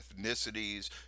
ethnicities